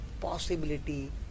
possibility